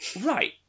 Right